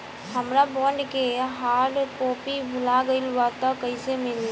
हमार बॉन्ड के hard copy भुला गएलबा त कैसे मिली?